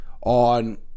on